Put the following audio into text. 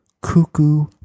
cuckoo